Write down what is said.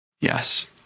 Yes